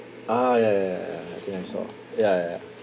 ah ya ya ya ya ya I think I saw ya ya